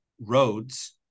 roads